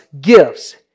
gifts